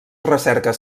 recerques